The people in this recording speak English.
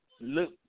look